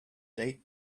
date